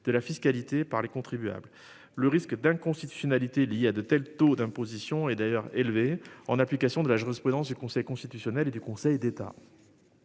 de la fiscalité par les contribuables. Le risque d'inconstitutionnalité liés à de tels taux d'imposition et d'ailleurs, élevé en application de la jurisprudence du Conseil constitutionnel et du Conseil d'État.